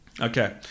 Okay